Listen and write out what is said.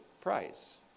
price